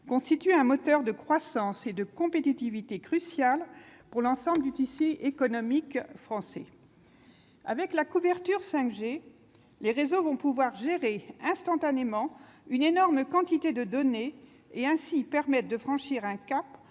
constitue un moteur de croissance et de compétitivité crucial pour l'ensemble du tissu économique français. Avec la couverture en 5G, les réseaux pourront traiter instantanément une énorme quantité de données et ainsi permettre de franchir un cap